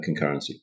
concurrency